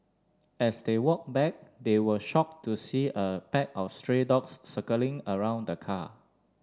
as they walked back they were shocked to see a pack of stray dogs circling around the car